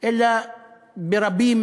אלא ברבים